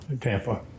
Tampa